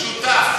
שותף.